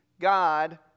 God